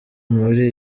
muri